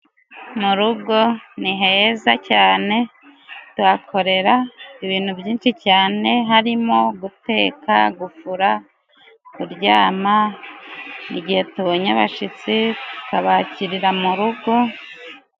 Mu rugo niheza cyane. Tuhakorera ibintu byinshi cyane harimo guteka, gufura, kuryama, igihe tubonye abashyitsi tukabakirira mu rugo.